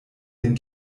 den